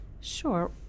Sure